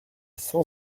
cent